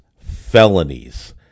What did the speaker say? felonies